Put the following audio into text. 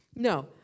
No